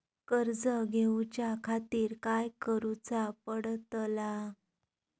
कर्ज घेऊच्या खातीर काय करुचा पडतला?